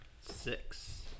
Six